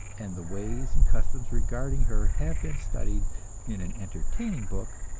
and the ways and customs regarding her have been studied in an entertaining book,